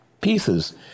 pieces